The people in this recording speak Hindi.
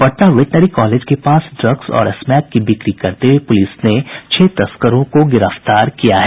पटना वेटनरी कॉलेज के पास ड्रग्स और स्मैक की बिक्री करते हुये पुलिस ने छह तस्करों को गिरफ्तार किया है